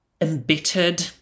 embittered